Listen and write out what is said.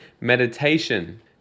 meditation